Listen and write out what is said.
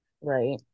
Right